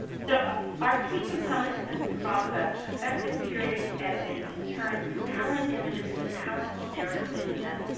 so our key component to this process, effective curating and editing turns compelling images into powerful narrative vignettes.